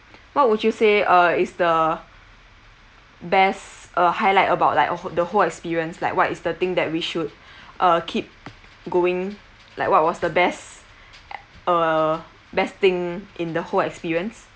what would you say uh is the best uh highlight about like a wh~ the whole experience like what is the thing that we should uh keep going like what was the best uh best thing in the whole experience